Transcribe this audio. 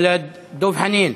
דב חנין.